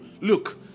look